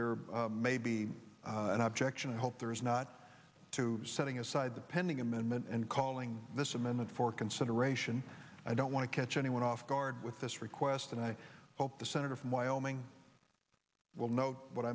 there may be an objection i hope there is not to setting aside the pending amendment and calling this amendment for consideration i don't want to catch anyone off guard with this request and i hope the senator from wyoming will know what